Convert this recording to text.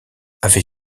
avait